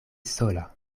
sola